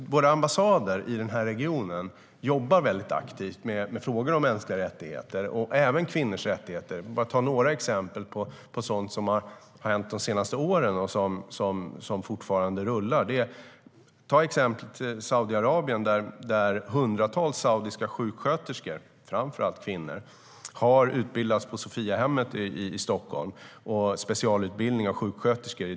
Våra ambassader i denna region arbetar aktivt med frågor om mänskliga rättigheter och då även kvinnors rättigheter. Låt mig ta några exempel på sådant som har hänt de senaste åren och som fortfarande rullar. Hundratals saudiska sjuksköterskor, framför allt kvinnor, har specialutbildats i diabetesvård på Sophiahemmet i Stockholm.